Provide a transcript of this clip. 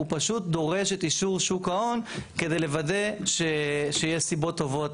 הוא פשוט דורש את אישור שוק ההון כדי לוודא שיהיה סיבות טובות